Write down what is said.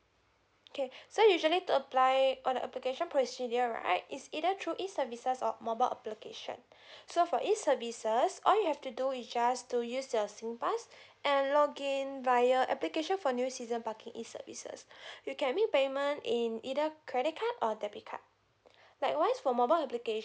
okay so usually to apply on the application procedure right is either through E services or mobile application so for E services all you have to do you just to use your singpass and login via application for new season parking E services you can make payment in either credit card or debit card likewise for mobile application